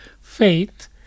faith